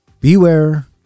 Beware